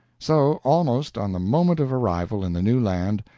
so, almost on the moment of arrival in the new land,